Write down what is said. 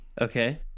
Okay